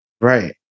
Right